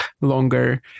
longer